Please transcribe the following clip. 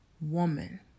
woman